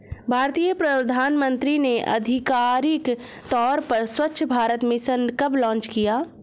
भारतीय प्रधानमंत्री ने आधिकारिक तौर पर स्वच्छ भारत मिशन कब लॉन्च किया?